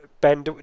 Ben